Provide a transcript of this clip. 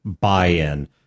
buy-in